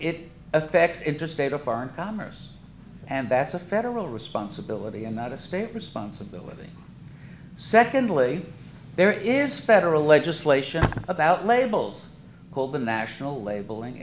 it affects interstate or foreign commerce and that's a federal responsibility and not a state responsibility secondly there is federal legislation about labels called the national labeling